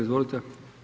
Izvolite.